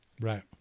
Right